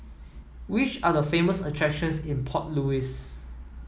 which are the famous attractions in Port Louis